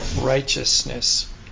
righteousness